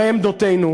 הרי עמדותינו